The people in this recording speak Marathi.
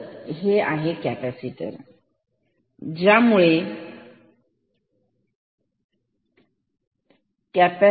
तर हे आहे कॅपॅसिटर त्यामुळे ते चार्ज होईल